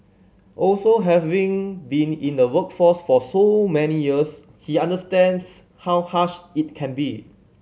also having been in the workforce for so many years he understands how harsh it can be